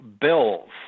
Bills